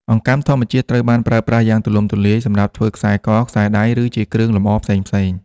អង្កាំធម្មជាតិត្រូវបានប្រើប្រាស់យ៉ាងទូលំទូលាយសម្រាប់ធ្វើខ្សែក ខ្សែដៃ ឬជាគ្រឿងលម្អផ្សេងៗ។